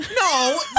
No